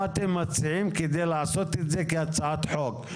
מה אתם מציעים כדי לעשות את כהצעת חוק?